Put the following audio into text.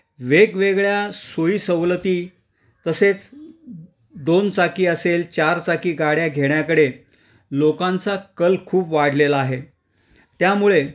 वेगवेगळ्या सोयी सवलती तसेच दोन चाकी असेल चार चाकी गाड्या घेण्याकडे लोकांचा कल खूप वाढलेला आहे त्यामुळे